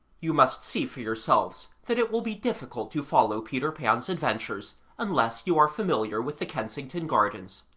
you must see for yourselves that it will be difficult to follow peter pan's adventures unless you are familiar with the kensington gardens.